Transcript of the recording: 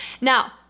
Now